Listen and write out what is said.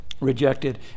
Rejected